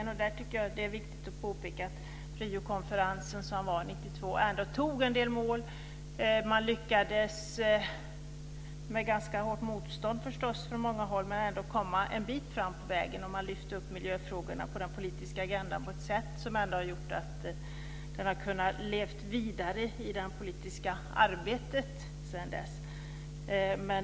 Beträffande globalisering är det viktigt att påpeka att Riokonferensen 1992 ändå antog en del mål, man lyckades trots ganska hårt motstånd från många håll ändå komma en bit fram på vägen. Man lyfte upp miljöfrågorna på den politiska agendan på ett sätt som har gjort att de har kunnat leva vidare i det politiska arbetet sedan dess.